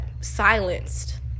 silenced